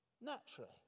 Naturally